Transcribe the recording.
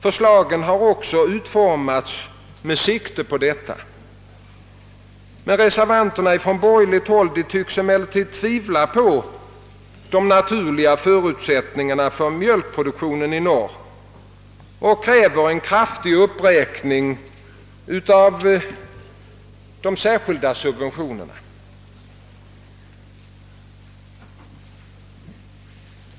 Förslagen har också utformats med sikte på detta. De borgerliga reservanterna tycks emellertid tvivla på de naturliga förutsättningarna för mjölkproduktion i norr och kräver en kraftig uppräkning av de särskilda subventionerna.